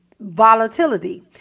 volatility